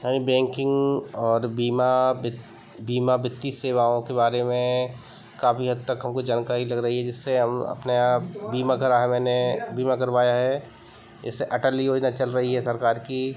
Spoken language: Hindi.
हमें बैंकिंग और बीमा बीमा वित्तीय सेवाओं के बारे में काफ़ी हद तक हमको जानकारी लग रही है जिससे हम अपना बीमा करा है मैंने बीमा करवाया है इसे अटल योजना चल रही है सरकार की